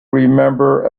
remember